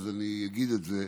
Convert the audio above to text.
אז אני אגיד את זה.